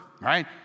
right